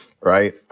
right